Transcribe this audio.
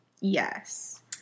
Yes